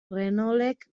renaultek